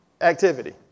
activity